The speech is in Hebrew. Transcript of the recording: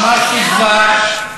אמרתי כבר.